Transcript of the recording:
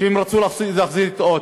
רצו להחזיר את האות,